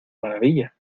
maravilla